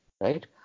right